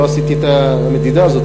לא עשיתי את המדידה הזאת,